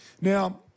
Now